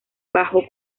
bajo